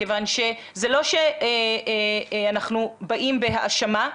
כיוון שזה לא שאנחנו באים בהאשמה,